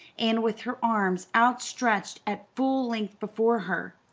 and with her arms outstretched at full length before her.